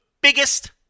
biggest